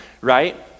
right